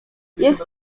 jest